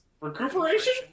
recuperation